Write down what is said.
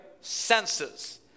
senses